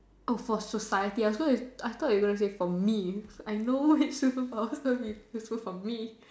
oh for society uh so if I thought you gonna say for me I know it's superpowers to be suppose for me